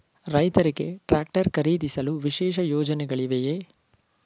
ರೈತರಿಗೆ ಟ್ರಾಕ್ಟರ್ ಖರೀದಿಸಲು ವಿಶೇಷ ಯೋಜನೆಗಳಿವೆಯೇ?